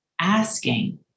asking